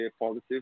positive